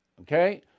Okay